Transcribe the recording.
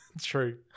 True